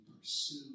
pursue